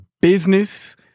business